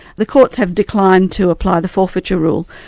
the courts have declined to apply the forfeiture rule,